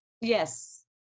Yes